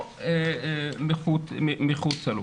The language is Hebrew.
או מחוצה לו.